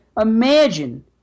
Imagine